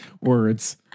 words